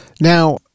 Now